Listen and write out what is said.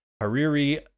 Hariri